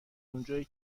اونجایی